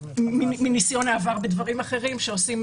מניסיון העבר בדברים אחרים שעושים